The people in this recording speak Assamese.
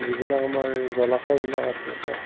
যিবিলাক আমাৰ জলাশয়বিলাক আছে তাত